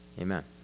Amen